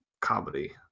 comedy